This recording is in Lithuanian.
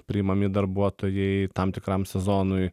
priimami darbuotojai tam tikram sezonui